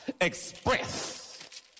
express